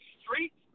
street